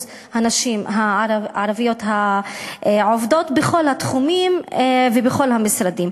הנשים הערביות העובדות בכל התחומים ובכל המשרדים.